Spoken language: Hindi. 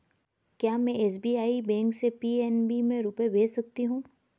क्या में एस.बी.आई बैंक से पी.एन.बी में रुपये भेज सकती हूँ?